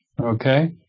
Okay